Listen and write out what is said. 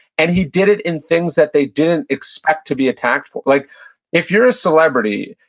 and he did it in things that they didn't expect to be attacked for like if you're a celebrity,